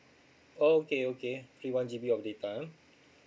okay okay free one G_B of data